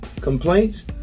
complaints